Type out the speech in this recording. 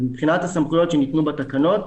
מבחינת הסמכויות שניתנו בתקנות,